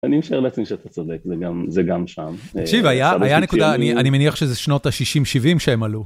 אני משער לעצמי שאתה צודק, זה גם שם. תקשיב, היה נקודה, אני מניח שזה שנות ה-60-70 שהם עלו.